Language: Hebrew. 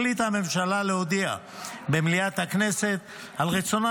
החליטה הממשלה להודיע במליאת הכנסת על רצונה